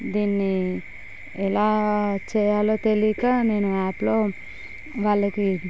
దీన్ని ఎలా చేయాలో తెలియక నేను యాప్లో వాళ్ళకి